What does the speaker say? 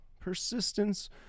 Persistence